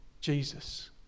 Jesus